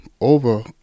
over